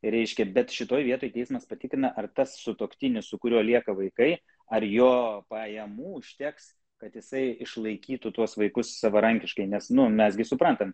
reiškia bet šitoj vietoj teismas patikrina ar tas sutuoktinis su kuriuo lieka vaikai ar jo pajamų užteks kad jisai išlaikytų tuos vaikus savarankiškai nes nu mes gi suprantam